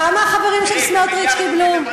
כמה החברים של סמוטריץ קיבלו?